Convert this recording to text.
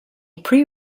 pre